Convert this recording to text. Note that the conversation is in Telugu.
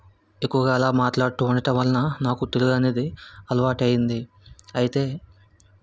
ఎక్కువగా అలా మాట్లాడుతు ఉండటంవలన నాకు తెలుగు అనేది అలవాటు అయ్యింది అయితే